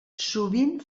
sovint